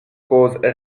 cause